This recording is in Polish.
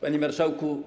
Panie Marszałku!